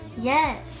Yes